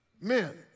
Men